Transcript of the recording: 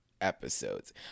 episodes